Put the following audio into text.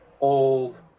old